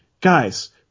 guys